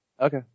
Okay